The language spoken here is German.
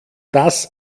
das